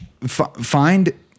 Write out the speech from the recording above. find